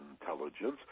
intelligence